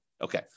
Okay